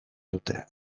dute